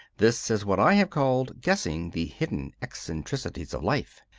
this is what i have called guessing the hidden eccentricities of life.